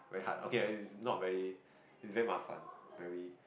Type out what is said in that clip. very hard okay it's it's not very it's very mafan very